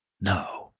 No